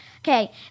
Okay